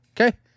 Okay